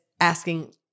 asking